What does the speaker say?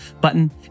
button